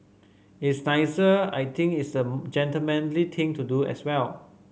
it's nicer I think it's the gentlemanly thing to do as well